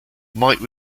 mike